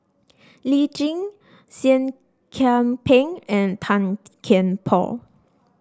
Lee Tjin Seah Kian Peng and Tan Kian Por